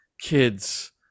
kids